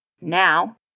Now